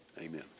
Amen